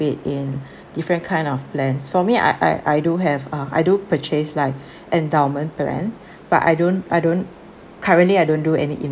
it in different kind of plans for me I I I do have uh I do purchase like endowment plan but I don't I don't currently I don't do any